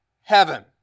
heaven